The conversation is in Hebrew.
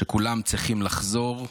שכולם צריכים לחזור,